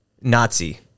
Nazi